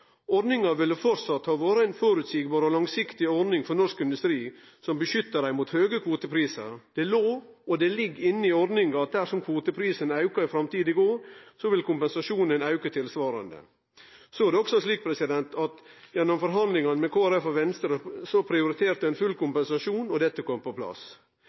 Ordninga ville framleis ha vore ei føreseieleg og langsiktig ordning for norsk industri som beskytta han mot høge kvoteprisar. Det låg, og det ligg, inne i ordninga at dersom kvoteprisen aukar i framtidige år, vil kompensasjonen auke tilsvarande. Så er det også slik at gjennom forhandlingar med Kristeleg Folkeparti og Venstre prioriterte ein full kompensasjon, og dette kom på plass.